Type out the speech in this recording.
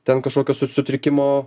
ten kažkokio sutrikimo